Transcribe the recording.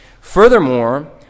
Furthermore